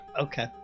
Okay